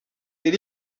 est